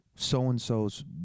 so-and-so's